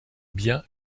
bien